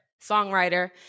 songwriter